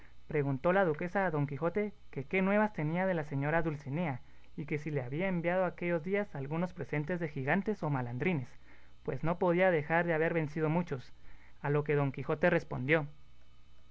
preguntó la duquesa a don quijote que qué nuevas tenía de la señora dulcinea y que si le había enviado aquellos días algunos presentes de gigantes o malandrines pues no podía dejar de haber vencido muchos a lo que don quijote respondió